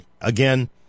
again